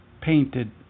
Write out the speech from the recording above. painted